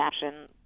fashion